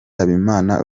habimana